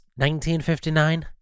1959